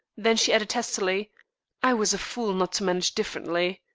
then she added testily i was a fool not to manage differently.